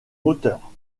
moteurs